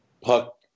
puck